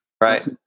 Right